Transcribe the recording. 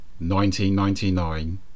1999